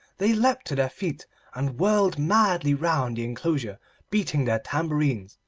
they leapt to their feet and whirled madly round the enclosure beating their tambourines,